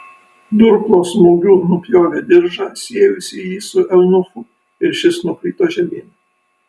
durklo smūgiu nupjovė diržą siejusį jį su eunuchu ir šis nukrito žemyn